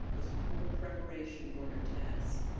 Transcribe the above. was poor preparation for her task.